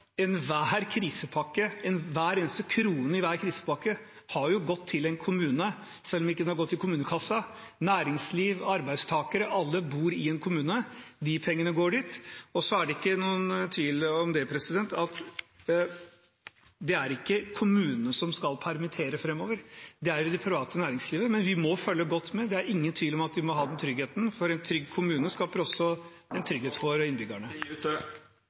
enhver krisepakke, hver eneste krone i hver krisepakke har jo gått til en kommune, selv om den ikke har gått til kommunekassa – til næringsliv og arbeidstakere. Alle bor i en kommune, og de pengene går dit. Så er det ikke noen tvil om at det er ikke kommunene som skal permittere framover, det er det private næringslivet. Men vi må følge godt med, det er ingen tvil om at vi ha trygghet, for en trygg kommune skaper også trygghet for innbyggerne.